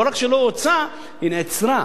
לא רק שלא הואצה, היא נעצרה.